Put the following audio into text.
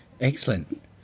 Excellent